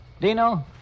Dino